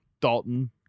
Dalton